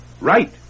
Right